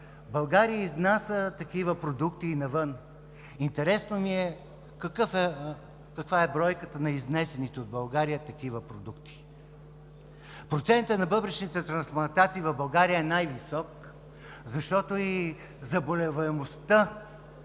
България изнася такива продукти и навън. Интересно ми е каква е бройката на изнесените от България такива продукти? Процентът на бъбречните трансплантации в България е най-висок, защото и заболеваемостта